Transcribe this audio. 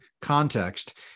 context